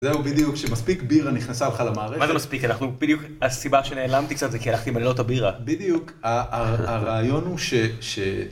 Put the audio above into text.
זהו בדיוק שמספיק בירה נכנסה לך למערכת מה זה מספיק אנחנו בדיוק הסיבה שנעלמתי קצת זה כי הלכתי מלא אותה בירה בדיוק הרעיון הוא ש